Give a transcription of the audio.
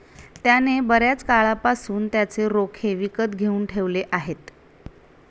त्याने बर्याच काळापासून त्याचे रोखे विकत घेऊन ठेवले आहेत